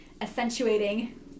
accentuating